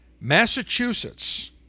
Massachusetts